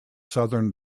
southern